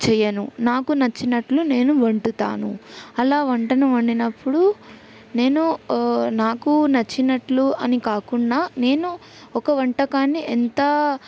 చెయ్యను నాకు నాకు నచ్చినట్లు నేను వండుతాను అలా వంటను వండినప్పుడు నేను నాకు నచ్చినట్లు అని కాకుండా నేను ఒక వంటకాన్ని ఎంత